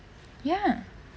ya